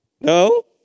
No